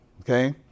Okay